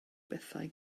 bethau